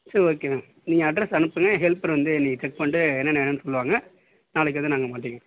சரி okay ma'am நீங்கள் address அனுப்புங்கள் ஹெல்பர் வந்து இன்னைக்கு செக் பண்ணிட்டு என்னென்ன வேணும்ன்னு சொல்லுவாங்க நாளைக்கு வந்து நாங்கள் மாட்டிக்குவோம்